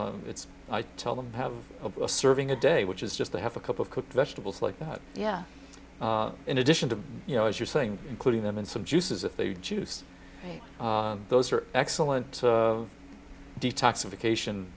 it's i tell them have a serving a day which is just to have a cup of cooked vegetables like that yeah in addition to you know as you're saying including them in some juices if they juice those are excellent detoxification